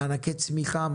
מענקי צמיחה,